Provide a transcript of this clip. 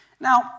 Now